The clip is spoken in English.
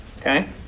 Okay